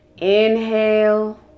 inhale